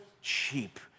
cheap